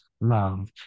Love